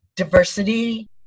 diversity